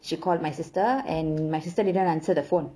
she called my sister and my sister didn't answer the phone